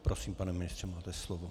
Prosím, pane ministře, máte slovo.